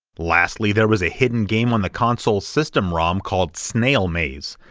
lastly, there was a hidden game on the console's system rom called snail maze,